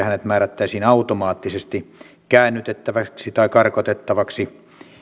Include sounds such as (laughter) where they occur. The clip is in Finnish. (unintelligible) hänet määrättäisiin automaattisesti käännytettäväksi tai karkotettavaksi